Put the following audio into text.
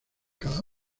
cada